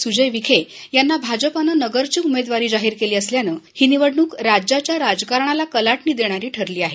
स्जय विखे यांना भाजपानं नगरची उमेदवारी जाहीर केली असल्यानं ही निवडण्क राज्याच्या राजकारणाला कलाटणी देणारी ठरली आहे